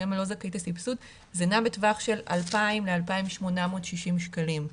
אם אם לא זכאית לסבסוד זה נע בטווח של 2,000 ל-2,860 שקלים.